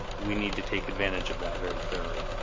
we need to take advantage of that very clearly.